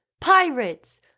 pirates